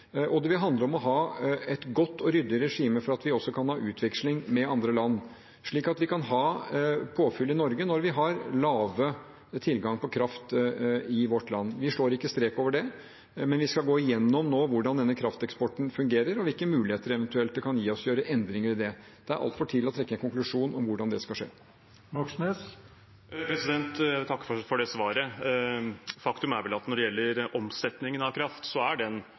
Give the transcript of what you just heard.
å ha et godt og ryddig regime for å kunne ha utveksling med andre land, slik at vi kan ha påfyll i Norge når vi har liten tilgang på kraft i vårt land. Vi setter ikke en strek over det, men vi skal nå gå igjennom og se på hvordan denne krafteksporten fungerer, og eventuelt hvilke muligheter det å gjøre endringer i det kan gi oss. Det er altfor tidlig å trekke en konklusjon om hvordan det skal skje. Det blir oppfølgingsspørsmål – Bjørnar Moxnes. Jeg takker for svaret. Faktum er vel at når det gjelder omsetningen av kraft, er den